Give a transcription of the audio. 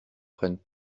prennent